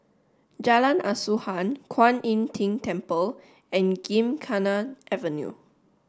Jalan Asuhan Kwan Im Tng Temple and Gymkhana Avenue